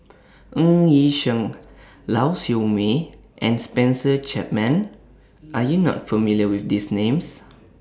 Ng Yi Sheng Lau Siew Mei and Spencer Chapman Are YOU not familiar with These Names